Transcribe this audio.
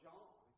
John